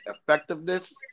effectiveness